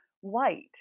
white